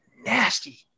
nasty